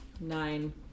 Nine